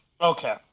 okay